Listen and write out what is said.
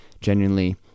genuinely